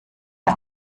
der